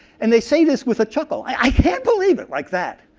and they say this with a chuckle. i can't believe it. like that,